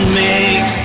make